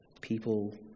people